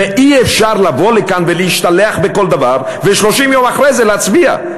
ואי-אפשר לבוא לכאן ולהשתלח בכל דבר ו-30 יום אחרי זה להצביע.